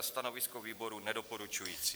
Stanovisko výboru nedoporučující.